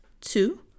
Two